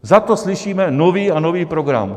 Zato slyšíme nový a nový program.